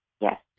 Yes